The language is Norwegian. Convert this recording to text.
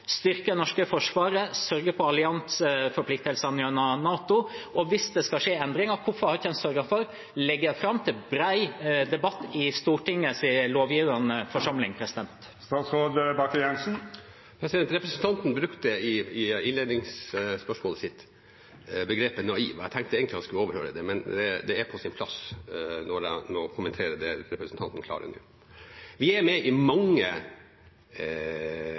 styrke det norske forsvaret og sørge for allianseforpliktelsene gjennom NATO? Og hvis det skal skje endringer, hvorfor har man ikke sørget for å legge det fram til bred debatt i Stortinget, landets lovgivende forsamling? Representanten brukte i innledningsspørsmålet sitt begrepet «naivt». Jeg tenkte jeg skulle overhøre det, men det er på sin plass å ta det når jeg nå kommenterer det representanten kommer med. Vi er med i mange